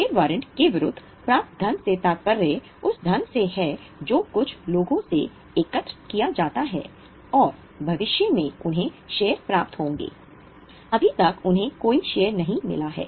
share warrant के विरुद्ध प्राप्त धन से तात्पर्य उस धन से है जो कुछ लोगों से एकत्र किया जाता है और भविष्य में उन्हें शेयर प्राप्त होंगे अभी तक उन्हें कोई शेयर नहीं मिला है